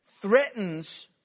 threatens